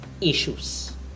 issues